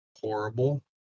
horrible